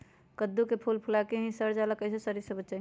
कददु के फूल फुला के ही सर जाला कइसे सरी से बचाई?